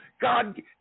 God